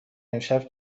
امشب